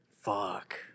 Fuck